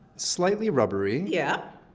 slightly rubbery. yeah